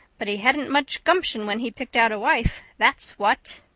but he hadn't much gumption when he picked out a wife, that's what.